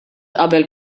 qabel